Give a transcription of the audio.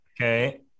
Okay